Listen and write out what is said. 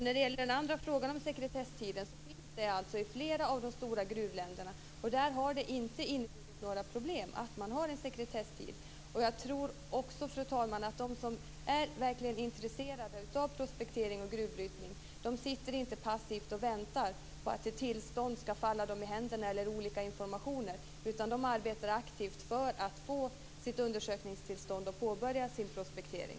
När det gällde den andra frågan om sekretesstiden, finns det alltså en sådan i flera av de stora gruvländerna. Där har det inte inneburit problem att ha en sekretesstid. Jag tror också att de som är verkligt intresserade av prospektering och gruvbrytning inte sitter passivt och väntar på att ett tillstånd eller olika information skall falla dem i händerna, utan de arbetar aktivt för att få sitt undersökningstillstånd och påbörja sin prospektering.